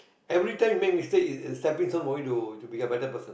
every time you make mistake is a stepping stone for you to to become a better person